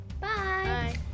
Bye